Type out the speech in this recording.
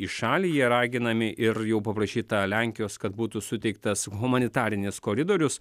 į šalį jie raginami ir jau paprašyta lenkijos kad būtų suteiktas humanitarinis koridorius